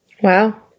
Wow